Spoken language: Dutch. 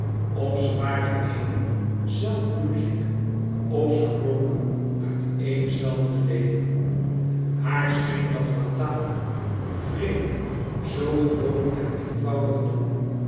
of ze waren ééne zelfde muziek of ze klonken uit één zelfde leven haàr scheen dat fatale wreede zoo gewoon en eenvoudig toe